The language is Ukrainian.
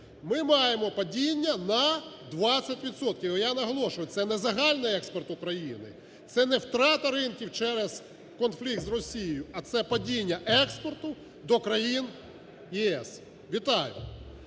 Ми маємо падіння на 20 відсотків. Я наголошую, це не загальний експорт України. Це не втрата ринків через конфлікт з Росією, а це падіння експорту до країн ЄС. Вітаю.